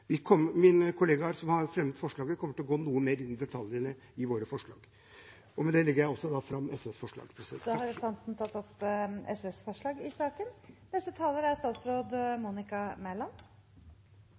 Mine kollegaer som har fremmet representantforslaget, kommer til å gå noe mer inn i detaljene i våre forslag. Med dette tar jeg opp SVs forslag. Representanten Petter Eide har tatt opp